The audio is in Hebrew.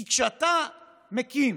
כי כשאתה מקים